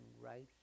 right